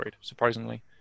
surprisingly